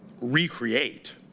recreate